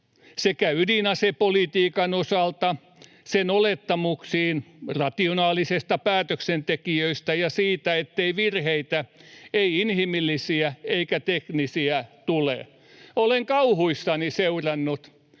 sekä ydinasepolitiikan osalta sen olettamuksiin rationaalisista päätöksentekijöistä ja siitä, ettei virheitä, ei inhimillisiä eikä teknisiä, tule. Olen kauhuissani seurannut